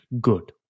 good